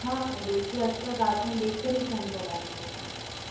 ہاں لیٹ کے اکثر رات میں لیٹ کر ہی فون چلاتی ہوں میم